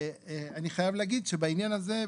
ואני חייב להגיד שבעניין הזה,